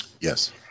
Yes